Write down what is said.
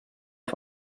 auf